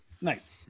Nice